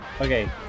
Okay